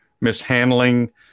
Mishandling